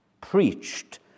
Preached